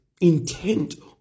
intent